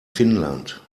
finnland